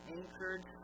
anchored